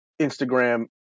Instagram